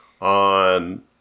On